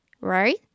right